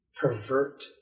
Pervert